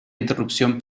interrupción